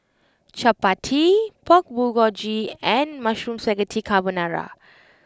Chapati Pork Bulgogi and Mushroom Spaghetti Carbonara